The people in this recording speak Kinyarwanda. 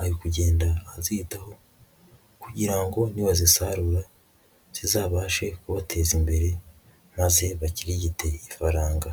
ari kugenda azitaho kugira ngo nibazisarura zizabashe kubateza imbere maze bakirigite ifaranga.